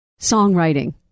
Songwriting